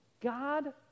God